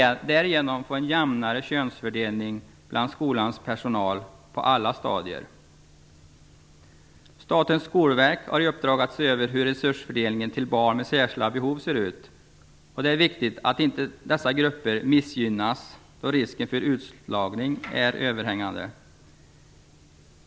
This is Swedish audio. Därigenom blir det en jämnare könsfördelning bland skolans personal på alla stadier. Statens skolverk har i uppdrag att se över hur resursfördelningen till barn med särskilda behov ser ut. Det är viktigt att inte dessa grupper missgynnas, då risken för utslagning är överhängande.